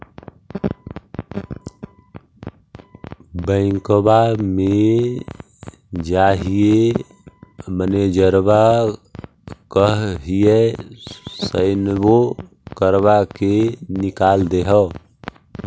बैंकवा मे जाहिऐ मैनेजरवा कहहिऐ सैनवो करवा के निकाल देहै?